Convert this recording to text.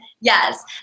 Yes